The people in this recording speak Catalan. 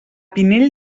pinell